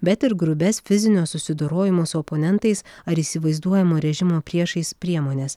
bet ir grubias fizinio susidorojimo su oponentais ar įsivaizduojamo režimo priešais priemones